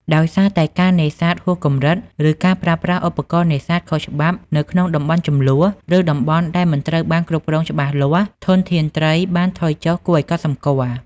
ដោយសារតែការនេសាទហួសកម្រិត ឬការប្រើប្រាស់ឧបករណ៍នេសាទខុសច្បាប់នៅក្នុងតំបន់ជម្លោះ ឬតំបន់ដែលមិនត្រូវបានគ្រប់គ្រងច្បាស់លាស់ ធនធានត្រីបានថយចុះគួរឱ្យកត់សម្គាល់។